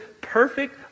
perfect